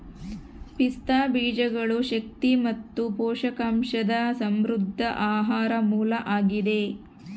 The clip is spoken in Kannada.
ಪಿಸ್ತಾ ಬೀಜಗಳು ಶಕ್ತಿ ಮತ್ತು ಪೋಷಕಾಂಶದ ಸಮೃದ್ಧ ಆಹಾರ ಮೂಲ ಆಗಿದೆ